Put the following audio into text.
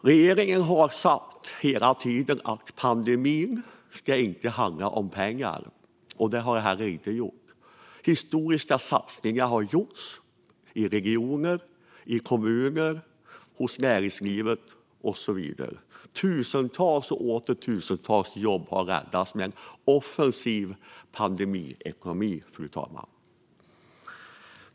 Regeringen har hela tiden sagt att pandemin inte ska handla om pengar. Det har det inte heller gjort. Historiska satsningar har gjorts i regioner, i kommuner, i näringslivet och så vidare. Tusentals och åter tusentals jobb har räddats med en offensiv pandemiekonomi, fru talman.